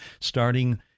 starting